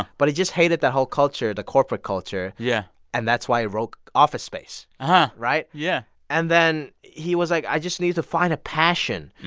but he just hated that whole culture, the corporate culture. yeah and that's why he wrote office space, and right? yeah and then he was like, i just need to find a passion.